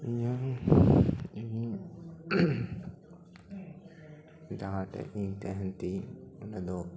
ᱤᱧᱟᱹᱝ ᱤᱧ ᱡᱟᱦᱟᱸᱴᱷᱮᱡ ᱤᱧ ᱛᱟᱦᱮᱱ ᱛᱟᱦᱮᱸ ᱚᱸᱰᱮ ᱫᱚ